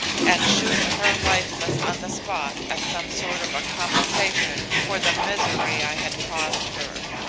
and shoot her lifeless on the spot as some sort of a compensation for the misery i had caused her.